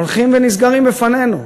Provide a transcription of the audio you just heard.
הולכת ונסגרת בפנינו.